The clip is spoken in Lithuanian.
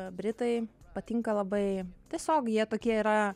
britai patinka labai tiesiog jie tokie yra